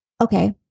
Okay